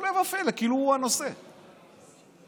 הפלא ופלא, כאילו הוא הנושא היחידי.